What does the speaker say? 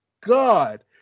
God